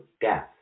death